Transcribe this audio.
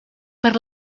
per